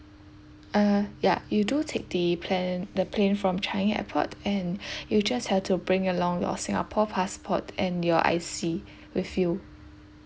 uh ya you do take the plan~ the plane from changi airport and you just have to bring along your singapore passport and your I_C with you